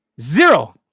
Zero